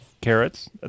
Carrots